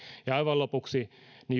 aivan lopuksi